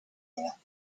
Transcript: more